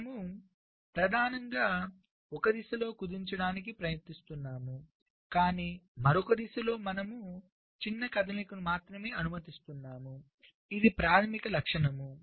మనము ప్రధానంగా ఒక దిశలో కుదించడానికి ప్రయత్నిస్తున్నాము కానీ మరొక దిశలో మనము చిన్న కదలికలను మాత్రమే అనుమతిస్తున్నాము ఇది ప్రాథమిక లక్షణం